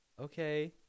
Okay